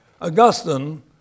Augustine